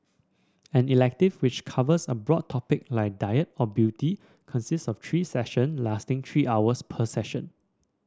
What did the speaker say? an elective which covers a broad topic like diet or beauty consists of three session lasting three hours per session